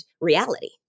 reality